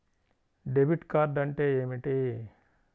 Debit card అంటే ఏమిటి?